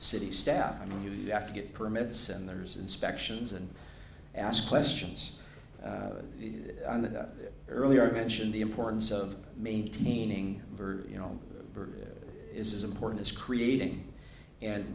city staff i mean you have to get permits and there's inspections and ask questions earlier mentioned the importance of maintaining you know is as important as creating and